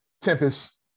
Tempest